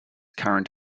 current